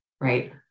right